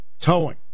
towing